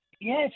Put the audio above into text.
Yes